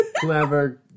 clever